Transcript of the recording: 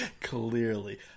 Clearly